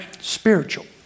spiritual